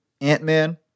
Ant-Man